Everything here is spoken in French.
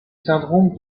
syndrome